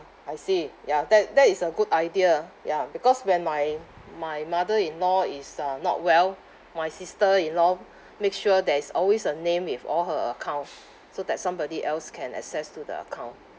I see ya that that is a good idea ah ya because when my my mother in law is uh not well my sister in law make sure there is always a name with all her account so that somebody else can access to the account